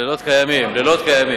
נפאע, על-פי הנתונים